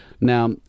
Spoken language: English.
now